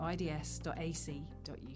ids.ac.uk